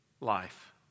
life